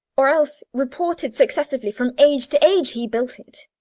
or else reported successively from age to age, he built it?